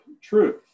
truth